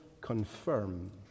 confirm